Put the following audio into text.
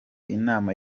inama